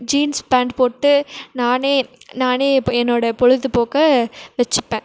jeans pant போட்டு நானே நானே இப்போ என்னோடய பொழுதுபோக்கை வச்சுப்பேன்